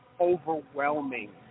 overwhelming